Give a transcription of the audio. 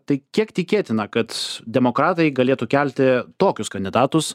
tai kiek tikėtina kad demokratai galėtų kelti tokius kandidatus